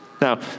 Now